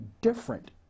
different